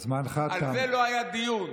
על זה לא היה דיון.